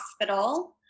hospital